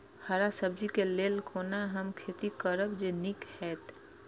हरा सब्जी के लेल कोना हम खेती करब जे नीक रहैत?